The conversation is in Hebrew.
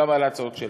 גם על ההצעות שלנו.